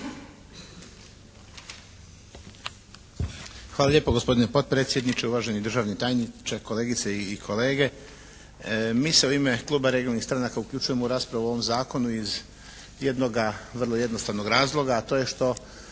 Hvala lijepo gospodine potpredsjedniče. Uvaženi državni tajniče, kolegice i kolege. Mi se u ime kluba regionalnih stranaka uključujemo u raspravu o ovom zakonu iz jednoga vrlo jednostavnog razloga, a to je što